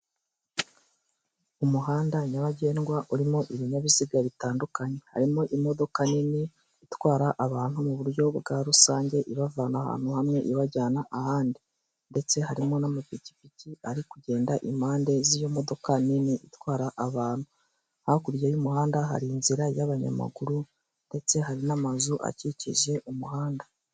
Umuhanda nyabagendwa urimo ibinyabiziga bitandukanye: harimo imodoka nini itwara abantu mu buryo bwa rusange, ibavana ahantu hamwe ibajyana ahandi, ndetse harimo n'amapikipiki ari kugenda impande z'iyo modoka nini itwara abantu. Hakurya y'umuhanda hari inzira y'abanyamaguru ndetse hari n'amazu akikije umuhanda.